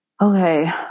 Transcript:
okay